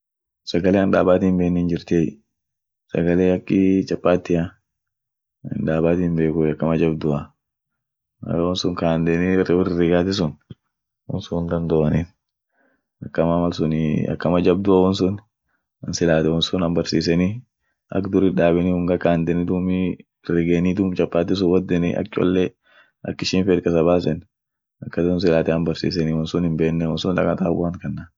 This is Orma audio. Sagale anin daabati hinben hinjirtiey, sagale akii chapatia, an daabati hinbekuey, akama jabdua, mal won sun kaandeni rirrigati sun won sun hindandoo anin, akama won sunii akama jabdua won sun, silaate won sun an barsiseni, ak dur iddabeni unga kandeni duumi rigeni duum chapati sun wodeni ak cholle ak ishin feet kasa basen akasi sun silaate an barsiseni won sun hinbenne wonsuunt akan taabu ant kanna.